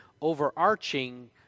overarching